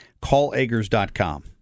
CallAgers.com